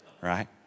right